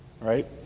right